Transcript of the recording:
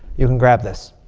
you can grab this.